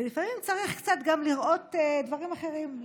ולפעמים צריך לראות דברים אחרים,